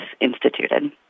instituted